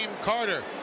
Carter